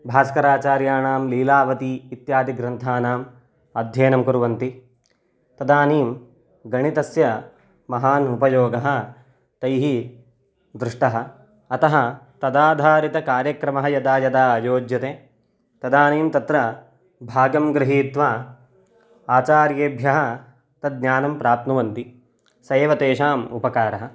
भास्कराचार्याणां लीलावती इत्यादि ग्रन्थानाम् अध्ययनं कुर्वन्ति तदानीं गणितस्य महान् उपयोगः तैः दृष्टः अतः तदाधारितः कार्यक्रमः यदा यदा अयोज्यते तदानीं तत्र भागं गृहीत्वा आचार्येभ्यः तद् ज्ञानं प्राप्नुवन्ति स एव तेषाम् उपकारः